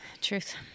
Truth